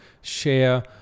share